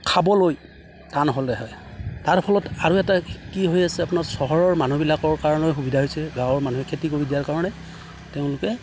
খাবলৈ ধান হ'লে হয় তাৰ ফলত আৰু এটা কি হৈ আছে আপোনাৰ চহৰৰ মানুহবিলাকৰ কাৰণেও সুবিধা হৈছে গাঁৱৰ মানুহে খেতি কৰি দিয়াৰ কাৰণে তেওঁলোকে